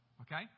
Okay